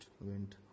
went